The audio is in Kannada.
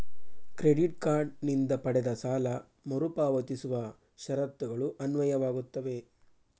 ಕ್ರೆಡಿಟ್ ಕಾರ್ಡ್ ನಿಂದ ಪಡೆದ ಸಾಲ ಮರುಪಾವತಿಸುವ ಷರತ್ತುಗಳು ಅನ್ವಯವಾಗುತ್ತವೆ